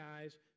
guys